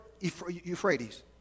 Euphrates